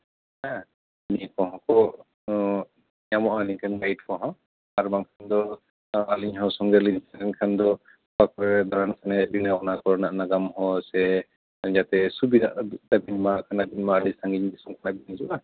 ᱦᱮᱸ ᱱᱤᱭᱟᱹ ᱠᱚᱦᱚᱸ ᱠᱚ ᱧᱟᱢᱚᱜᱼᱟ ᱱᱤᱝᱠᱟᱹᱱ ᱜᱟᱭᱤᱰ ᱠᱚᱦᱚᱸ ᱟᱨ ᱵᱟᱝᱠᱷᱟᱱ ᱫᱚ ᱟᱹᱞᱤᱧ ᱦᱚᱸ ᱥᱚᱸᱜᱮ ᱨᱮᱞᱤᱧ ᱛᱟᱦᱮᱱ ᱠᱷᱟᱱ ᱫᱚ ᱚᱠᱟ ᱠᱚᱨᱮ ᱫᱟᱬᱟᱱ ᱥᱟᱱᱟᱭᱮᱫ ᱵᱤᱱᱟ ᱚᱱᱟ ᱠᱚᱨᱮᱱᱟᱜ ᱱᱟᱜᱟᱢ ᱥᱮ ᱡᱟᱛᱮ ᱥᱩᱵᱤᱫᱟᱜ ᱛᱟᱹᱵᱤᱱ ᱢᱟ ᱵᱟᱝᱠᱷᱟᱱ ᱟᱹᱵᱤ ᱢᱟ ᱟᱹᱰᱤ ᱥᱟᱺᱜᱤᱧ ᱫᱤᱥᱚᱢ ᱠᱷᱚᱱᱟᱜ ᱵᱤᱱ ᱦᱤᱡᱩᱜᱼᱟ